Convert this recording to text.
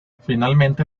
finalmente